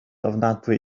ofnadwy